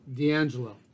D'Angelo